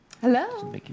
Hello